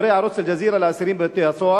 שידורי ערוץ "אל-ג'זירה" לאסירים בבתי-הסוהר?